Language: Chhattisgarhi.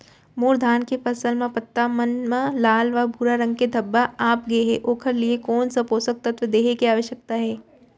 मोर धान के फसल म पत्ता मन म लाल व भूरा रंग के धब्बा आप गए हे ओखर लिए कोन स पोसक तत्व देहे के आवश्यकता हे?